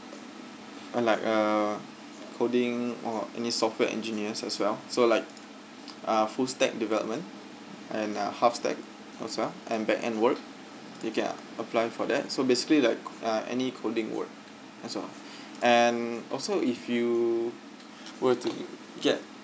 uh like a coding or any software engineers as well so like uh full stack development and uh half stack as well and backend work you can apply for that so basically like any coding work as well and also if you were to get